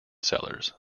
sellers